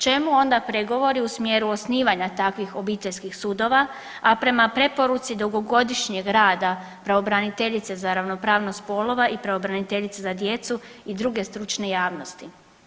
Čemu onda pregovori u smjeru osnivanja takvih obiteljskih sudova, a prema preporuci dugogodišnjeg rada pravobraniteljice za ravnopravnost spolova i pravobraniteljice za djecu i druge stručne javnosti.